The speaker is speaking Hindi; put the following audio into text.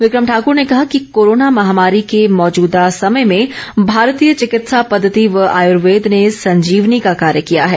विक्रम ठाकर ने कहा कि कोरोना महामारी के मौजूदा समय में भारतीय चिकित्सा पद्वति व आयुर्वेद ने संजीवनी का कार्य किया है